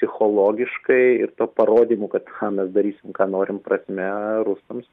psichologiškai ir tuo parodymu kad ką mes darysim ką norim prasme rusams